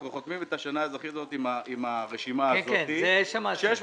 אנחנו חותמים את השנה האזרחית הזאת עם הרשימה הזאת 650 אישורים,